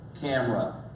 camera